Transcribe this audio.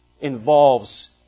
involves